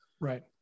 right